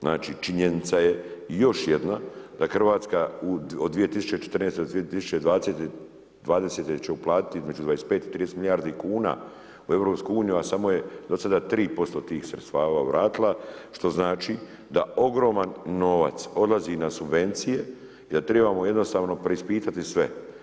Znači, činjenica je i još jedna da Hrvatska od 2014.-2020. će uplatiti između 25 i 30 milijardi kuna u EU, a samo je do sada 3% tih sredstava vratila, što znači da ogroman novac odlazi na subvencije i da trebamo jednostavno preispitati sve.